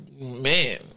Man